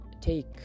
take